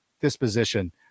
disposition